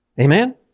Amen